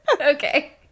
Okay